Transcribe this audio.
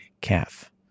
calf